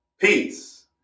Peace